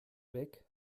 weg